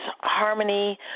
harmony